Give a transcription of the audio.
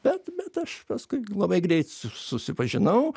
bet bet aš paskui labai greit susipažinau